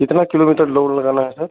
कितने किलोमीटर दौड़ लगाना है सर